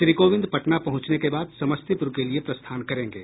श्री कोविंद पटना पहुंचने के बाद समस्तीपुर के लिये प्रस्थान करेंगे